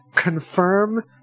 Confirm